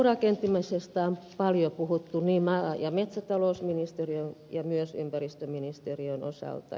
puurakentamisesta on paljon puhuttu niin maa ja metsätalousministeriön kuin myös ympäristöministeriön osalta